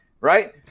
right